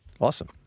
Awesome